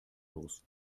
los